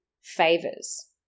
favors